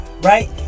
right